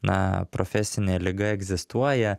na profesinė liga egzistuoja